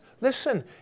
listen